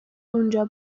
اونجا